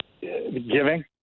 giving